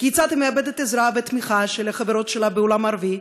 כיצד היא מאבדת עזרה ותמיכה של החברות שלה בעולם הערבי,